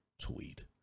tweet